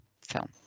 Film